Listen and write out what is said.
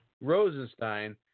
Rosenstein